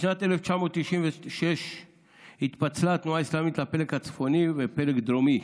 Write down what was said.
בשנת 1996 התפצלה התנועה האסלאמית לפלג הצפוני ולפלג הדרומי,